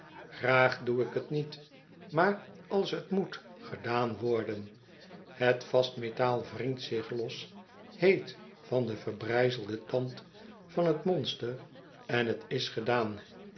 graag doe ik t niet maar als t moet gedaan worden het vast metaal wringt zich los heet van den verbrijzelenden tand van t monster en t i s gedaan